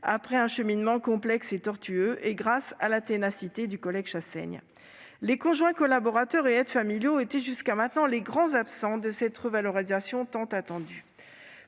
après un cheminement complexe et tortueux et grâce à la ténacité de notre collègue André Chassaigne. Les conjoints collaborateurs et aides familiaux étaient, jusqu'à maintenant, les grands absents de cette revalorisation tant attendue.